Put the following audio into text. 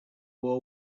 war